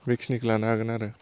बेखिनिखौ लानो हागोन आरो